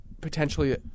potentially